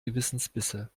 gewissensbisse